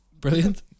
Brilliant